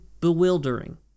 bewildering